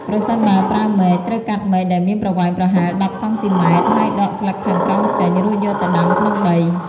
ប្រសិនបើប្រើមែក ត្រូវកាត់មែកដែលមានប្រវែងប្រហែល ១០ សង់ទីម៉ែត្រ ហើយដកស្លឹកខាងក្រោមចេញ រួចយកទៅដាំក្នុងដី។